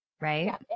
right